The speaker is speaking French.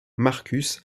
marcus